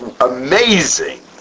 amazing